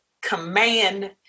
command